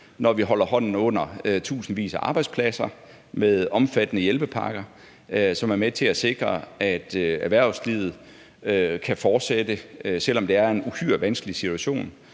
når vi holder hånden under tusindvis af arbejdspladser med omfattende hjælpepakker, som er med til at sikre, at erhvervslivet kan fortsætte, selv om det er i en uhyre vanskelig situation,